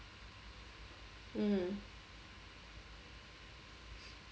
mm